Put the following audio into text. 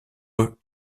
eux